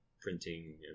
printing